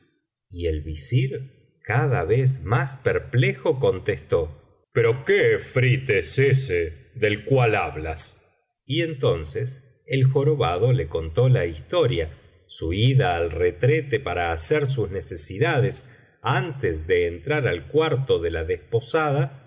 y el visir cada vez más perplejo contestó pero qué efrit es ese del cual hablas y entonces el jorobado le contó la historia su ida al retrete para hacer sus necesidades antes de entrar al cuarto de la desposada